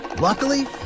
Luckily